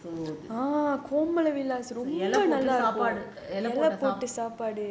இலை போட்ட சாப்பாடு இலை போட்ட:ilai potta saapaadu ilai potta